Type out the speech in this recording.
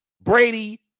Brady